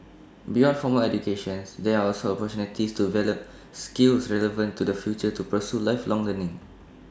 beyond formal educations there are also opportunities to develop skills relevant to the future to pursue lifelong learning